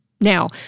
Now